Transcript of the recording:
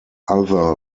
other